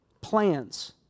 plans